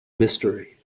mystery